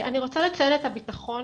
אני רוצה לציין את הביטחון.